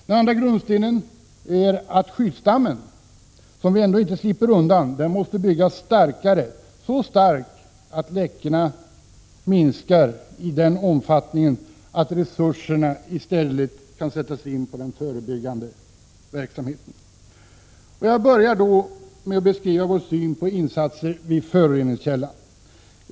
Den andra grundstenen är att skyddsdammen, som vi ändå inte slipper undan, måste byggas starkare, så stark att läckorna minskar i den omfattningen att resurserna i stället kan sättas in på den förebyggande verksamheten. Jag börjar med att beskriva vår syn på insatser vid föroreningskällan.